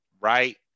right